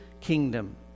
kingdom